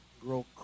grow